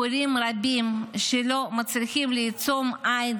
הורים רבים לא מצליחים לעצום עין